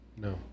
No